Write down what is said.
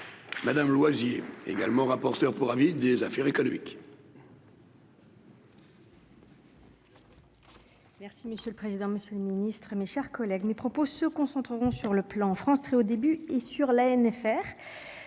Madame Loisy, également rapporteur pour avis des affaires économiques.